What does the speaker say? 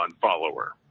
follower